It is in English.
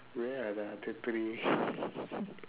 where are the other three